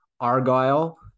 Argyle